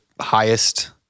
highest